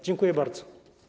Dziękuję bardzo.